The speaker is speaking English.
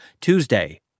Tuesday